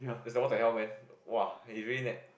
it's like what the hell man !wah! it's really